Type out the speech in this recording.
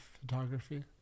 photography